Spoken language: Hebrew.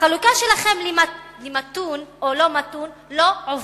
החלוקה שלכם למתון או לא מתון לא עובדת.